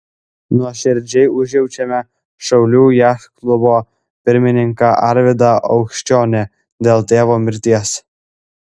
nuoširdžiai užjaučiame šiaulių jachtklubo pirmininką arvydą aukščionį dėl tėvo mirties